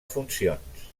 funcions